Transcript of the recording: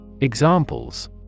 Examples